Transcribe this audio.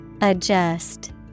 adjust